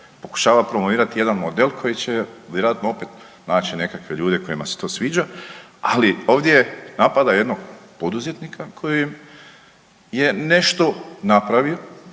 pokušava promovirati jedan model koji će vjerojatno opet naći nekakve ljude kojima se to sviđa, ali ovdje napada jednog poduzetnika koji je nešto napravio,